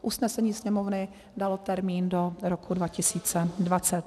Usnesení Sněmovny dalo termín do roku 2020.